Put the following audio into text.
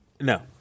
No